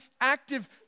active